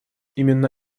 именно